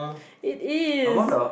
it is